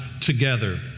together